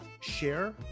share